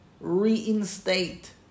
reinstate